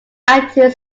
acting